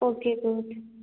okay coach